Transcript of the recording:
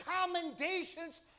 Commendations